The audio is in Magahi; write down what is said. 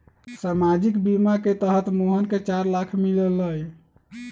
सामाजिक बीमा के तहत मोहन के चार लाख मिललई